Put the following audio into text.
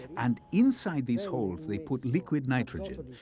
and inside these holes they put liquid nitrogen,